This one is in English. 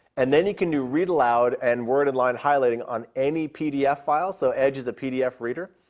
and then you can do read aloud and word and line highlighting on any pdf file. so edge is a pdf reader.